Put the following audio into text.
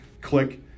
Click